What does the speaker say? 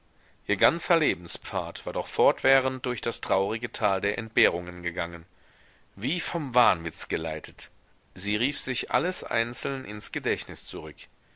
ihr ganzer lebenspfad war doch fortwährend durch das traurige tal der entbehrungen gegangen wie vom wahnwitz geleitet sie rief sich alles einzeln ins gedächtnis zurück